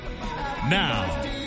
Now